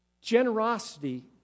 Generosity